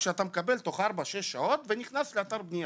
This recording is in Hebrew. שאתה מקבל תוך ארבע-שש שעות ונכנס לאתר בנייה.